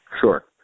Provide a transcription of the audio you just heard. Sure